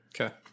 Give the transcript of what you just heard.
Okay